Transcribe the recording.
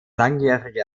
langjährige